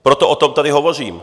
Proto o tom tady hovořím.